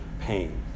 pain